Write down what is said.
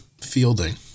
Fielding